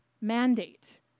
mandate